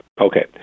Okay